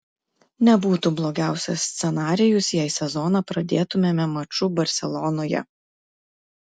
nebūtų blogiausias scenarijus jei sezoną pradėtumėme maču barselonoje